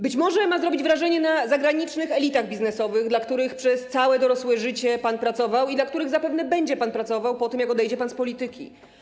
Być może ma zrobić wrażenie na zagranicznych elitach biznesowych, dla których przez całe dorosłe życie pan pracował i dla których zapewne będzie pan pracował po tym, jak odejdzie pan z polityki.